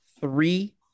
three